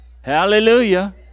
Hallelujah